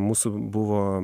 mūsų buvo